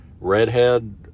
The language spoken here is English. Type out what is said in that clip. redhead